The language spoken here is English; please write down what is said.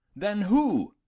than who?